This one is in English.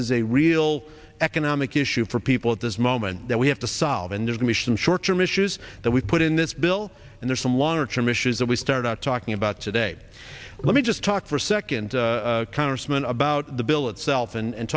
is a real economic issue for people at this moment that we have to solve and there's a mission short term issues that we put in this bill and there are some longer term issues that we start out talking about today let me just talk for a second congressman about the bill itself and